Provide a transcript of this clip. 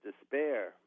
despair